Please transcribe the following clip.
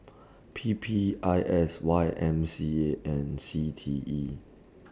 P P I S Y M C A and C T E